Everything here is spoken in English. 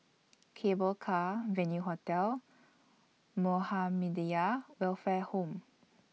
Cable Car Venue Hotel Muhammadiyah Welfare Home